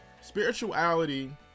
Spirituality